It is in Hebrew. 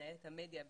מנהלת המדיה בלפ"מ,